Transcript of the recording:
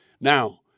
Now